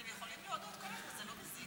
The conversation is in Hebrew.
אתם יכולים להודות לי כל הזמן, זה לא מזיק.